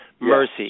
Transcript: Mercy